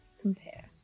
compare